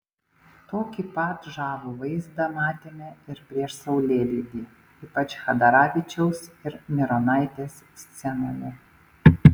tokį pat žavų vaizdą matėme ir prieš saulėlydį ypač chadaravičiaus ir mironaitės scenoje